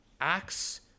Acts